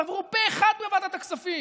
עברו פה אחד בוועדת הכספים,